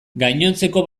gainontzeko